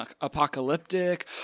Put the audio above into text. apocalyptic